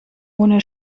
ohne